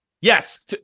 yes